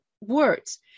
words